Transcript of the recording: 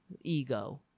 ego